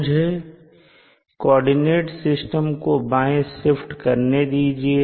मुझे coordinate system को बाएं शिफ्ट करने दीजिए